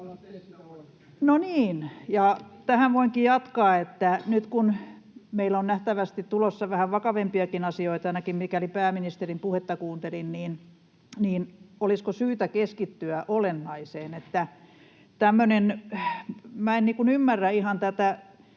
No niin. — Ja tähän voinkin jatkaa, että nyt kun meillä on nähtävästi tulossa vähän vakavampiakin asioita, ainakin kun pääministerin puhetta kuuntelin, niin olisiko syytä keskittyä olennaiseen. En ymmärrä ihan tätä,